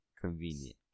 Convenient